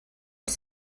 els